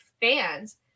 fans